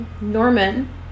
Norman